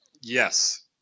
Yes